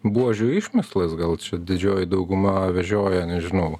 buožių išmįslas gal čia didžioji dauguma vežioja nežinau